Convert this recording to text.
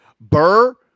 Burr